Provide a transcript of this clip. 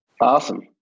Awesome